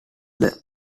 other